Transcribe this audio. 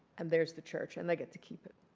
and there's the church. and they get to keep it.